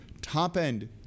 top-end